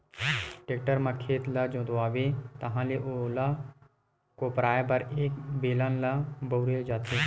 tractor म खेत ल जोतवाबे ताहाँले ओला कोपराये बर ए बेलन ल बउरे जाथे